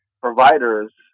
providers